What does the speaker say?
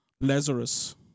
Lazarus